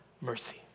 mercy